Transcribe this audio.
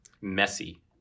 Messy